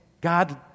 God